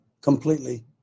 completely